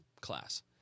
Class